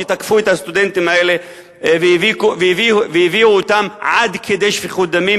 שתקפו את הסטודנטים האלה והביאו אותם עד כדי שפיכות דמים,